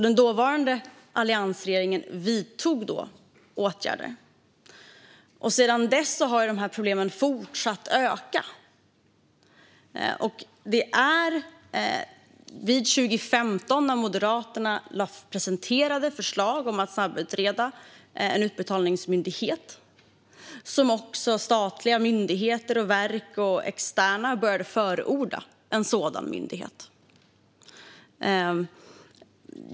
Den dåvarande alliansregeringen vidtog alltså åtgärder. Sedan dess har dessa problem fortsatt att öka. Och det var vid 2015, när Moderaterna presenterade förslag om att snabbutreda en utbetalningsmyndighet, som också statliga myndigheter och verk och externa började förorda en sådan myndighet.